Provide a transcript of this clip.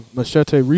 Machete